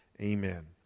amen